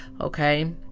Okay